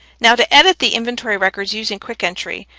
now to edit the inventory records using quick entry,